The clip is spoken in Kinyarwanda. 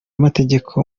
amategeko